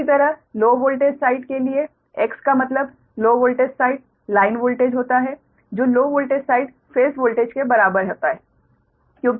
इसी तरह low voltage side के लिए X का मतलब low voltage side line voltage होता है जो low voltage side phase voltage के बराबर होता है